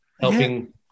helping